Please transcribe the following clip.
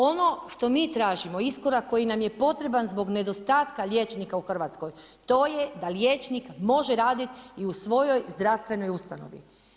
Ono što mi tražimo iskorak koji nam je potreban zbog nedostatka liječnika u hrvatskoj, to je da liječnik može raditi i u svojoj zdravstvenoj u stanovi.